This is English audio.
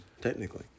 technically